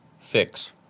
Fix